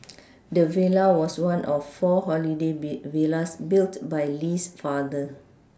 the villa was one of four holiday be villas built by Lee's father